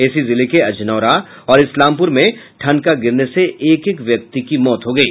इसी जिले के अजनौरा और इस्लामपुर में ठनका गिरने से एक एक व्यक्ति की मौत हो गयी